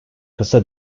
kısa